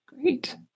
Great